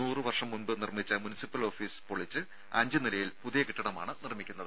നൂറു വർഷം മുമ്പ് നിർമ്മിച്ച മുൻസിപ്പിൽ ഓഫീസ് പൊളിച്ച് അഞ്ച് നിലയിൽ പുതിയ കെട്ടിടമാണ് നിർമ്മിക്കുന്നത്